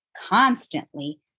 constantly